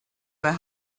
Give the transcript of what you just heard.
were